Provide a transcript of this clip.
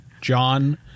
John